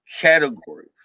category